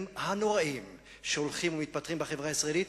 הנוראיים שהולכים ומתפתחים בחברה הישראלית.